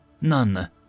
None